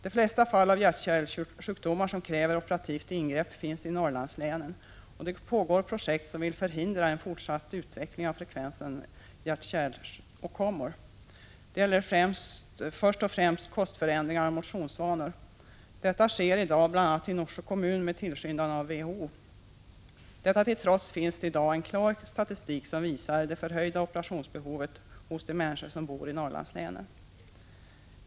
De flesta fall av hjärt-kärl-sjukdomar som kräver operativt ingrepp finns i Norrlandslänen och det pågår projekt som vill förhindra en fortsatt utveckling av frekvensen hjärt-kärl-åkommor. Det gäller först och främst kostförändringar och motionsvanor. Detta sker i dag bl.a. i Norsjö kommun, med tillskyndande av WHO. Detta till trots finns det i dag en klar statistik som visar det förhöjda operationsbehovet hos de människor som bor i Norrlandslänen.